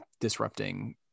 disrupting